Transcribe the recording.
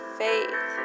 faith